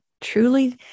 truly